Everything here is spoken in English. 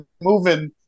moving